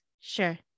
sure